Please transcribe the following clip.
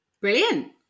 brilliant